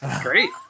Great